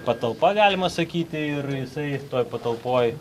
patalpa galima sakyti ir jisai toj patalpoj